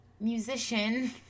musician